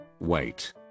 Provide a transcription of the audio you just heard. Wait